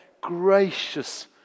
Gracious